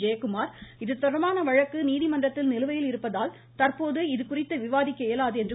ஜெயகுமார் இதுதொடர்பான வழக்கு நீதிமன்றத்தில் நிலுவையில் இருப்பதால் தந்போது இதுகுறித்து விவாதிக்க இயலாது என்றார்